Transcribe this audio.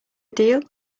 deal